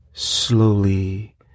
slowly